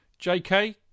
JK